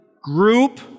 group